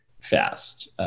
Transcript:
fast